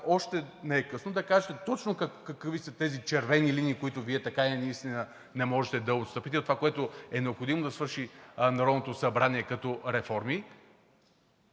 още не е късно, да кажете точно: какви са тези червени линии, от които Вие така и не можете да отстъпите, това, което е необходимо да свършат Народното събрание – като реформи,